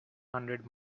hundred